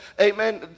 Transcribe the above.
Amen